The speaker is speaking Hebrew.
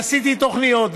עשיתי תוכניות,